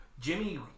Jimmy